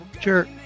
Sure